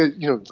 you know.